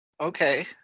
Okay